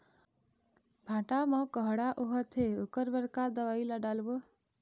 भांटा मे कड़हा होअत हे ओकर बर का दवई ला डालबो?